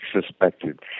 suspected